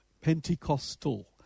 Pentecostal